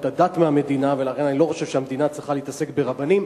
הדת מהמדינה ולכן אני לא חושב שהמדינה צריכה להתעסק ברבנים,